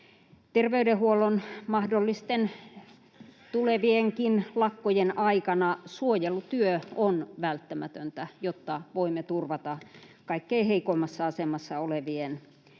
Terveydenhuollon mahdollisten tulevienkin lakkojen aikana suojelutyö on välttämätöntä, jotta voimme turvata kaikkein heikoimmassa asemassa olevien hengen